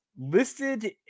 listed